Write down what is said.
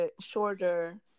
shorter